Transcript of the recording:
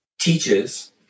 teaches